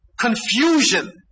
Confusion